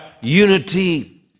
unity